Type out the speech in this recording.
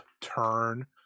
turn